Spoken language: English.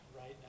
Right